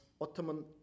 Ottoman